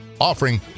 offering